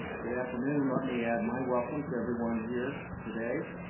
good afternoon. let me add my welcome to everyone here today.